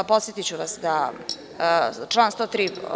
Podsetiću vas da član 103.